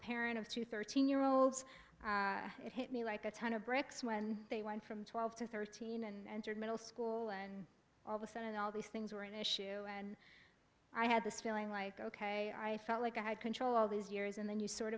parent of two thirteen year olds it hit me like a ton of bricks when they went from twelve to thirteen and middle school and all the center and all these things were an issue and i had this feeling like ok i felt like i had control all these years and then you sort